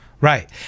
right